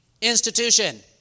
institution